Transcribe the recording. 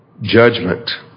judgment